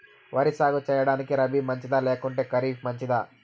వరి సాగు సేయడానికి రబి మంచిదా లేకుంటే ఖరీఫ్ మంచిదా